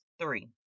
three